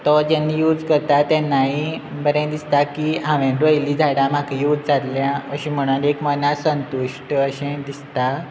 तो जेन्ना यूज करता तेन्नाय बरें दिसता की हांवें रोयल्लीं झाडां म्हाका यूज जाल्ल्या अशें म्हणून एक मना संतुश्ट अशें दिसता